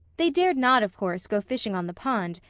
they dared not, of course, go fishing on the pond,